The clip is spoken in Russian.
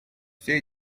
все